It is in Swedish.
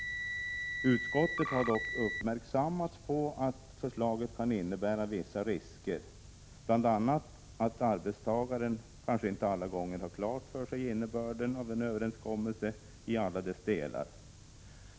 Utskottet har dock uppmärksammats på att förslaget kan innebära vissa risker, bl.a. att arbetstagaren kanske inte alla gånger har klart för sig innebörden av en överenskommelse i alla dess delar.